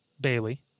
Bailey